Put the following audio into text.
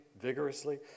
vigorously